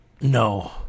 No